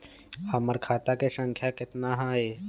हमर खाता के सांख्या कतना हई?